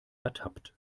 ertappt